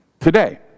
Today